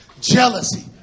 jealousy